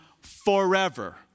forever